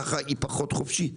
ככה היא פחות חופשית.